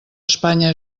espanya